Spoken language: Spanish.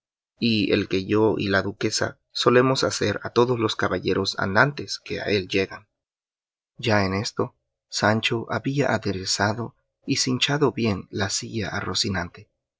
y el que yo y la duquesa solemos hacer a todos los caballeros andantes que a él llegan ya en esto sancho había aderezado y cinchado bien la silla